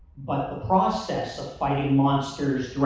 but the process of fighting monsters,